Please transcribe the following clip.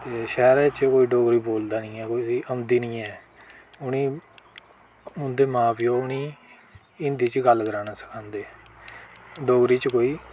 ते शैह्रै च कोई डोगरी बोलदा नी ऐ कोई दी औंदी नी ऐ उनेंगी उंदे मा प्यौ नी हिंदी च गल्ल कराना सखांदे डोगरी च कोई